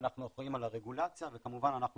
ואנחנו אחראים על הרגולציה וכמובן אנחנו